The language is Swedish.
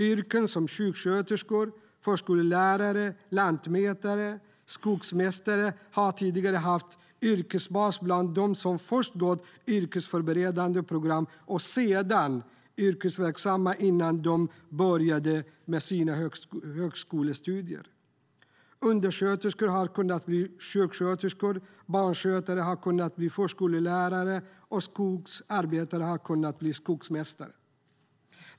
Yrken som sjuksköterska, förskollärare, lantmätare, skogsmästare har tidigare haft en yrkesbas bland dem som först gått yrkesförberedande program och sedan varit yrkesverksamma innan de började med sina högskolestudier. Undersköterskor har kunnat bli sjuksköterskor, barnskötare har kunnat bli förskollärare och skogsarbetare har kunnat bli skogsmästare.